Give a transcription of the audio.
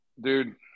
dude